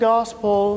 Gospel